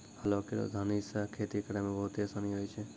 हलो केरो धारी सें खेती करै म बहुते आसानी होय छै?